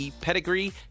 pedigree